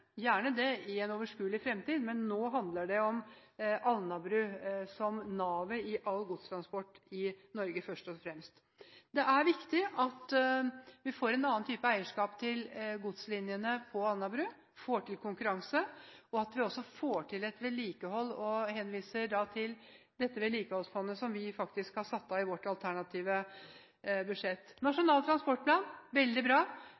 Gjerne i fremtiden, men nå handler det om Alnabru først og fremst, som er navet i all godstransport i Norge. Det er viktig at vi får en annen type eierskap til godslinjene på Alnabru og får til konkurranse. Det er også viktig at vi får til vedlikehold, og jeg henviser da til det vedlikeholdsfondet som vi faktisk har satt av i vårt alternative budsjett. Nasjonal transportplan: Veldig bra,